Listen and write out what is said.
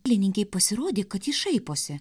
lininkei pasirodė kad jis šaiposi